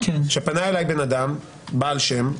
כשפנה אליי בן אדם בעל שם,